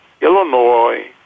Illinois